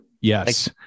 Yes